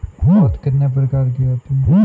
पौध कितने प्रकार की होती हैं?